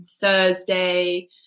Thursday